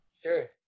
Sure